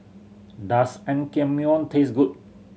does Naengmyeon taste good